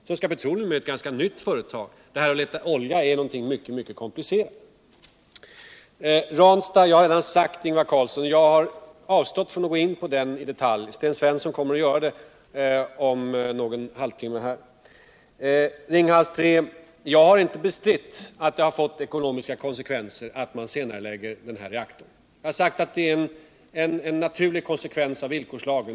Svenska Petroleum är ett ganska nytt företag, men att leta olja är något mycket komplicerat. Jag har redan sagt till Ingvar Carlsson att jag har avstått från att i detalj gå in på Ranstad. Sten Svensson kommer att göra det om någon halvtimme. Jag har inte bestritt att senareläggningen av reaktorn vid Ringhals 3 har fått ekonomiska konsekvenser. Jag har sagt att det är en naturlig konsekvens av villkorslagen.